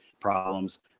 problems